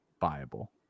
viable